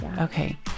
Okay